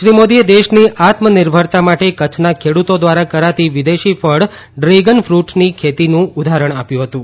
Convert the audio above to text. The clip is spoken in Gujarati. શ્રી મોદીએ દેશની આત્મનિર્ભરતા માટે કચ્છના ખેડૂતો દ્વારા કરાતી વિદેશી ફળ ડ્રેગન ફ્ર્ટની ખેતતીનું ઉદાહરણ આપ્યું હતું